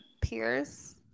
peers